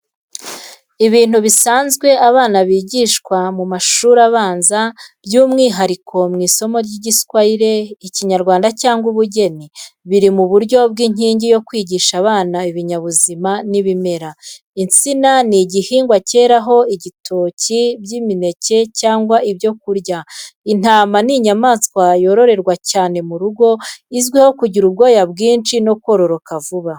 Ibintu bisanzwe abana bigishwa mu mashuri abanza, by’umwihariko mu isomo ry’Igiswahili, Ikinyarwanda cyangwa Ubugeni. Biri mu buryo bw’inkingi yo kwigisha abana ibinyabuzima n’ibimera. Insina ni igihingwa cyeraho ibitoki by'imineke cyangwa ibyo kurya. Intama ni inyamaswa yororerwa cyane mu Rwanda, izwiho kugira ubwoya bwinshi no kororoka vuba.